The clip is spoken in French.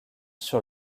sur